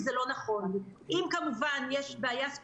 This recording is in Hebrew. מי שלא יודע עברית יש לו בעיה.